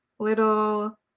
little